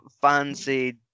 fancy